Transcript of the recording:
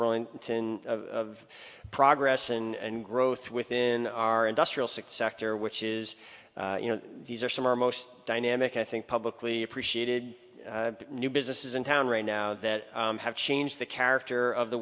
burlington of progress and growth within our industrial six sector which is you know these are some or most dynamic i think publicly appreciated new businesses in town right now that have changed the character of the